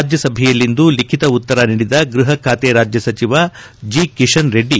ರಾಜ್ಯಸಭೆಯಲ್ಲಿಂದು ಲಿಖಿತ ಉತ್ತರ ನೀಡಿದ ಗೃಹ ಖಾತೆ ರಾಜ್ಯ ಸಚಿವ ಜಿ ಕಿಶನ್ ರೆಡ್ಡಿ